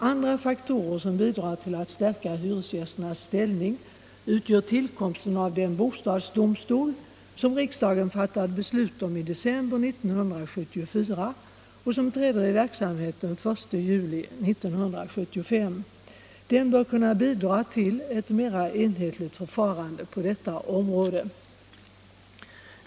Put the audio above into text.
Andra faktorer, som bidrar till att stärka hyresgästernas ställning, utgör tillkomsten av den bostadsdomstol som riksdagen fattade beslut om i december 1974 och som träder i verksamhet den 1 juli 1975. Den bör kunna bidra till ett mer enhetligt förfarande på detta område.